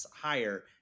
higher